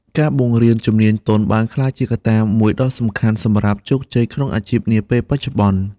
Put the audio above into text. ការបង្រៀនជំនាញទន់បានក្លាយជាកត្តាមួយដ៏សំខាន់សម្រាប់ជោគជ័យក្នុងអាជីពនាពេលបច្ចុប្បន្ន។